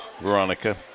Veronica